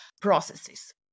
processes